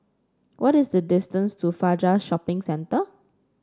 what is the distance to Fajar Shopping Centre